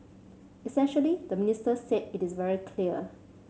essentially the minister said it is very clear